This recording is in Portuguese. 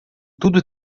tudo